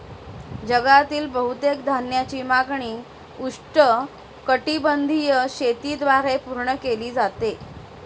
जगातील बहुतेक धान्याची मागणी उष्णकटिबंधीय शेतीद्वारे पूर्ण केली जाते